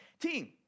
team